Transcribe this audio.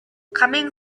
coming